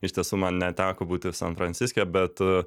iš tiesų man neteko būti san franciske bet